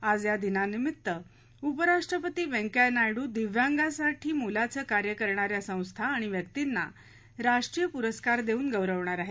आज या दिना निभित्त उपराष्ट्रपती व्यंकय्या नायडू दिव्यांगांसाठी मोलाचं कार्य करणा या संस्था आणि व्यक्तींना राष्ट्रीय पुरस्कार देऊन गौरवणार आहेत